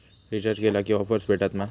Recharge केला की offers भेटात मा?